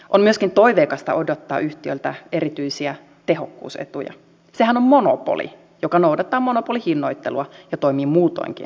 on myöskin toiveikasta odottaa yhtiöltä erityisiä tehokkuusetuja sehän on monopoli joka noudattaa monopolihinnoittelua ja toimii muutoinkin kuin monopoli